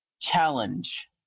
challenge